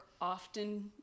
often